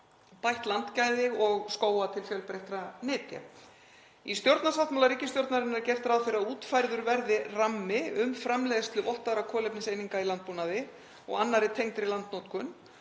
bætt landgæði og skóga til fjölbreyttra nytja. Í stjórnarsáttmála ríkisstjórnarinnar er gert ráð fyrir að útfærður verði rammi um framleiðslu vottaðra kolefniseininga í landbúnaði og annarri tengdri landnotkun.